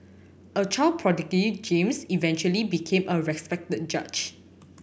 a child prodigy James eventually became a respected judge